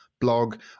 blog